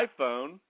iPhone